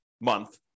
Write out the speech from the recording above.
month